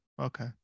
Okay